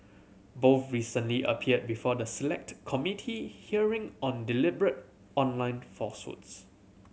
both recently appeared before the Select Committee hearing on deliberate online falsehoods